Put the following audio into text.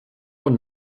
und